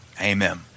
Amen